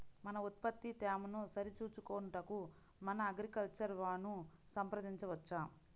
మన ఉత్పత్తి తేమను సరిచూచుకొనుటకు మన అగ్రికల్చర్ వా ను సంప్రదించవచ్చా?